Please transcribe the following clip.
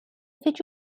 fece